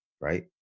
Right